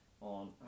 on